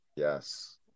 Yes